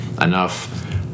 enough